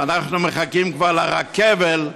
ואנחנו מחכים כבר לרכבל למירון.